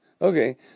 Okay